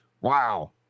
Wow